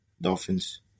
Dolphins